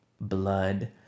blood